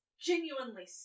Genuinely